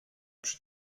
przy